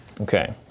Okay